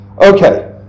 Okay